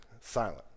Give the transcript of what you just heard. silent